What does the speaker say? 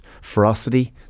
ferocity